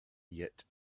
yet